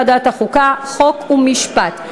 ועדת החוקה, חוק ומשפט.